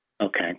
Okay